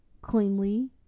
Cleanly